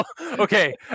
Okay